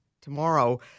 tomorrow